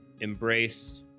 embrace